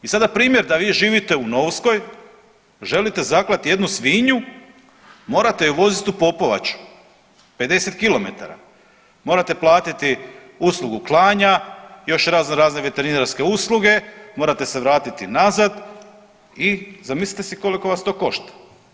I sada primjer da vi živite u Novskoj, želite zaklati jednu svinju morate ju voziti u Popovaču, 50 kilometara, morate platiti uslugu klanja, još razno razne veterinarske usluge, morate se vratiti nazad i zamislite si koliko vas to košta.